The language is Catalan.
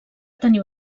tenir